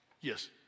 Yes